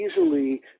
easily